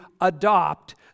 adopt